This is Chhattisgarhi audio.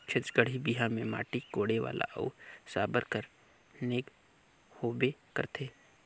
छत्तीसगढ़ी बिहा मे माटी कोड़े वाला अउ साबर कर नेग होबे करथे